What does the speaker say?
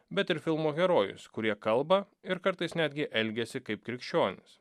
bet ir filmo herojus kurie kalba ir kartais netgi elgiasi kaip krikščionys